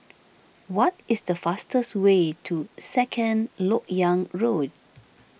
what is the fastest way to Second Lok Yang Road